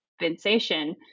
compensation